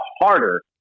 harder